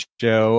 show